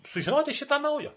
sužinoti šį tą naujo